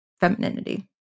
femininity